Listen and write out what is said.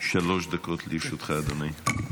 שלוש דקות לרשותך, אדוני.